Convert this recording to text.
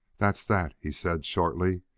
that's that, he said shortly.